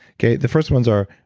okay. the first ones are,